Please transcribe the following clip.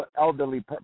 elderly